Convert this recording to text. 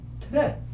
Today